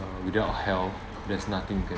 without health there's nothing we can